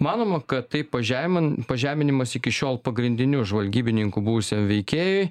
manoma kad tai pažemin pažeminimas iki šiol pagrindiniu žvalgybininku buvusiam veikėjui